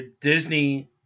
Disney